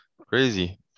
crazy